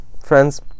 friends